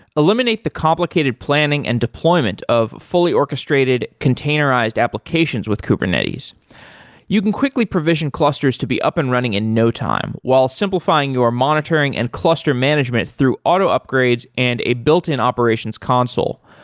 eliminate the complicated planning and deployment of fully orchestrated containerized applications with kubernetes you can quickly provision clusters to be up and running in no time, while simplifying your monitoring and cluster management through auto upgrades and a built-in operations console.